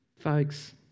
Folks